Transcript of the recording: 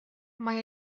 mae